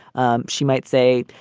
um she might say,